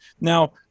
Now